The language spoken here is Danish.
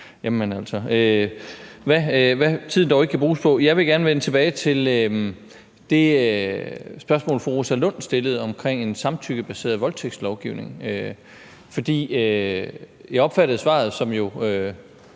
jamen altså, hvad tiden dog ikke kan bruges på. Jeg vil gerne vende tilbage til det spørgsmål, fru Rosa Lund stillede, om en samtykkebaseret voldtægtslovgivning. For jeg opfattede svaret som